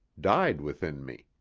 died within me.